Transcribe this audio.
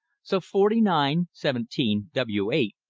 so forty nine seventeen w eight,